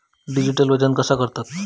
Digital वजन कसा करतत?